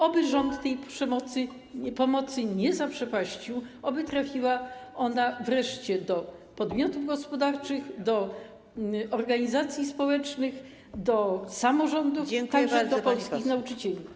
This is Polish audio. Oby rząd tej pomocy nie zaprzepaścił, oby trafiła ona wreszcie do podmiotów gospodarczych, do organizacji społecznych, do samorządów, także do polskich nauczycieli.